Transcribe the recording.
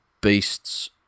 beasts